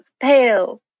pale